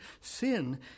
Sin